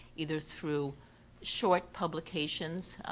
either through short publications,